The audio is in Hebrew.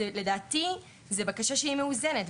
לדעתי זו בקשה שהיא מאוזנת.